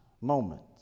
moments